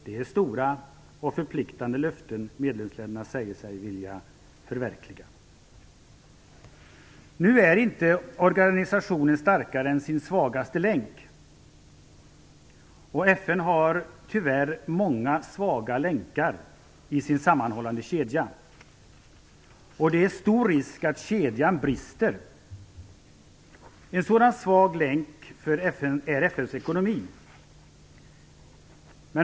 Det är stora och förpliktande löften som medlemsländerna säger sig vilja förverkliga. Nu är inte organisationen starkare än sin svagaste länk, och FN har tyvärr många svaga länkar i sin sammanhållande kedja. Risken är stor att kedjan brister. En sådan svag länk är FN:s ekonomi.